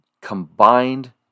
combined